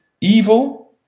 Evil